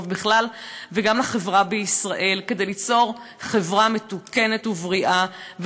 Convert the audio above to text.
בכלל וגם לחברה בישראל כדי ליצור חברה מתוקנת ובריאה,